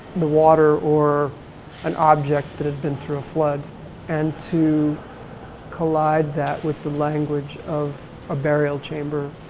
the water or an object that had been through a flood and to collide that with the language of a burial chamber.